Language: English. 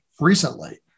recently